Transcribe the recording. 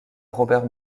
robert